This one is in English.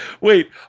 Wait